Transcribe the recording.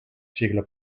siglo